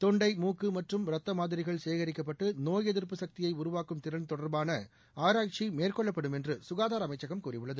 தொண்டை மூக்கு மற்றும் ரத்தமாதிரிகள் சேகரிக்கப்பட்டு நோய் எதிர்பு சக்தியை உருவாக்கும் திறன் தொடர்பான ஆராய்ச்சி மேற்கொள்ளப்படும் என்று சுகாதார அமைச்சகம் கூறியுள்ளது